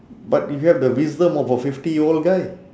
but you have the wisdom of a fifty year old guy